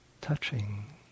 touching